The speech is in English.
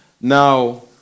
Now